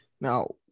Now